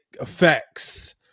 effects